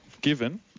given